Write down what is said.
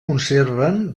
conserven